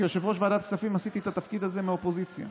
כיושב-ראש ועדת כספים עשיתי את התפקיד הזה מהאופוזיציה.